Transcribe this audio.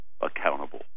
accountable